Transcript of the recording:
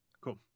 Cool